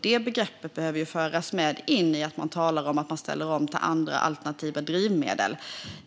Det begreppet behöver föras med in i att man talar om att man ställer om till andra alternativa drivmedel.